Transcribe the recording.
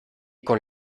con